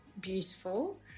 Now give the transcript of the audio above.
beautiful